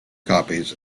copies